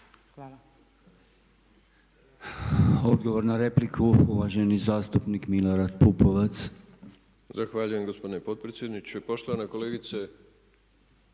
Hvala.